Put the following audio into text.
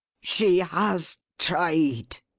she has tried,